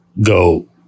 go